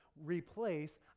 Replace